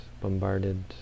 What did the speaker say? bombarded